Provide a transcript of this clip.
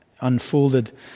unfolded